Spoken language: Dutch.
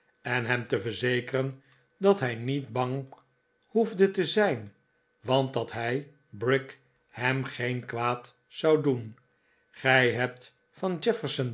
en hem te verzekeren dat hij niet bang hoefde te zijn want dat hij brick hem geen kwaad zou doen gij hebt